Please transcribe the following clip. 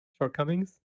shortcomings